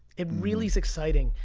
it really is exciting.